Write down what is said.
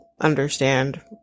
understand